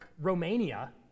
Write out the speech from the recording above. Romania